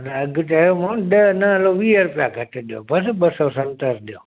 न अघि चयो मां ॾह न हलो वीह रूपिया घटि ॾियो बसि ॿ सौ सतरि ॾियो